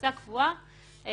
פריסה קבועה,